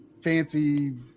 fancy